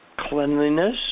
cleanliness